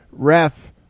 ref